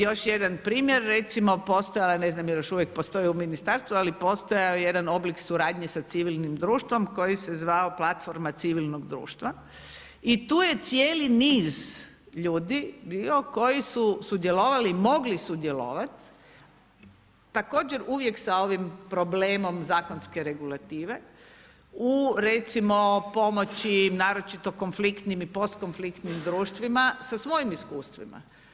Još jedan primjer, recimo postojala je, ne znam jel još uvijek postoji u Ministarstvu, ali postojao je jedan oblik suradnje sa civilnim društvom koji se zvao Platforma civilnog društva i tu je cijeli niz ljudi bio koji su sudjelovali i mogli sudjelovati također uvijek sa ovim problemom zakonske regulative u recimo pomoći naročito konfliktinim i postkonfliktnim društvima sa svojim iskustvima.